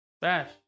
Bash